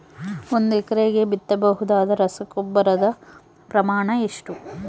ಒಂದು ಎಕರೆಗೆ ಬಿತ್ತಬಹುದಾದ ರಸಗೊಬ್ಬರದ ಪ್ರಮಾಣ ಎಷ್ಟು?